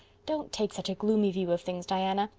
don't take such a gloomy view of things, diana.